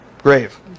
grave